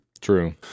True